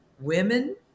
women